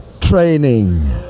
training